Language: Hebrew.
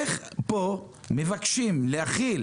איך פה מבקשים להחיל